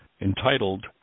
entitled